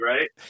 right